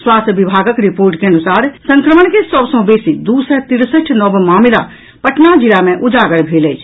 स्वास्थ्य विभागक रिपोर्ट के अनुसार संक्रमण के सभ सँ बेसी दू सय तिरसठि नव मामिला पटना जिला मे उजागर भेल अछि